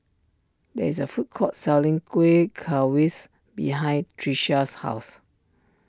there is a food court selling Kuih behind Trisha's house